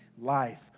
life